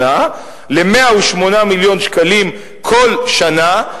ל-108 מיליון שקלים כל שנה,